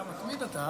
אתה מתמיד אתה,